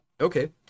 okay